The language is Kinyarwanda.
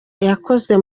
yakoze